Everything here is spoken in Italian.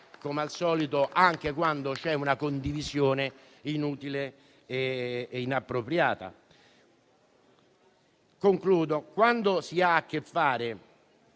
come al solito, anche quando c'è una condivisione, di una polemica inutile e inappropriata. Concludo. Quando si ha a che fare